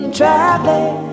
traveling